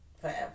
forever